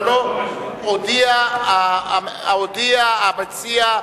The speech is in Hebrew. הודיע המציע,